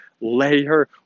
layer